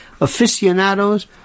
aficionados